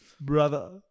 brother